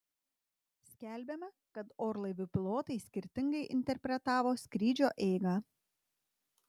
skelbiama kad orlaivių pilotai skirtingai interpretavo skrydžio eigą